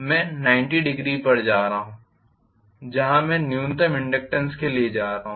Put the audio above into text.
मैं 900 पर जा रहा हूँ जहाँ मैं न्यूनतम इनडक्टेन्स के लिए जा रहा हूँ